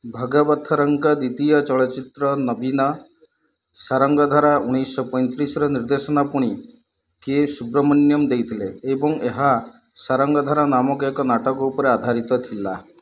ଭଗବଥରଙ୍କ ଦ୍ୱିତୀୟ ଚଳଚ୍ଚିତ୍ର ନବିନା ସାରଙ୍ଗଧାରାର ନିର୍ଦ୍ଦେଶନା ପୁଣି କେ ସୁବ୍ରମଣ୍ୟମ ଦେଇଥିଲେ ଏବଂ ଏହା ସାରଙ୍ଗଧାରା ନାମକ ଏକ ନାଟକ ଉପରେ ଆଧାରିତ ଥିଲା